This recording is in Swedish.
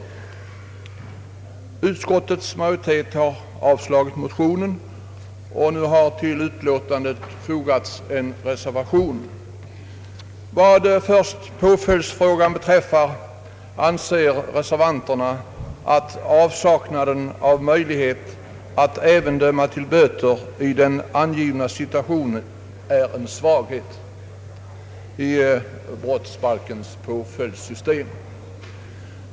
Utskottets majoritet har avslagit motionen, och nu har till utlåtandet fogats en reservation. Vad först påföljdsfrågan beträffar anser reservanterna att avsaknaden av möjlighet att även döma till böter i den angivna situationen är en svaghet i brottsbalkens påföljdssystem.